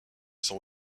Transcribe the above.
son